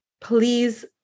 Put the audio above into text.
please